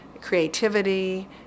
creativity